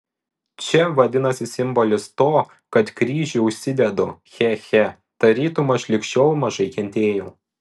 čia vadinasi simbolis to kad kryžių užsidedu che che tarytum aš lig šiol mažai kentėjau